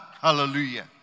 Hallelujah